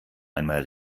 einmal